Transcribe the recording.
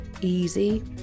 easy